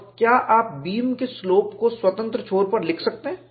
और क्या आप बीम के स्लोप को स्वतंत्र छोर पर लिख सकते हैं